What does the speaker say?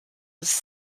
was